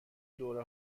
دوره